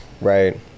Right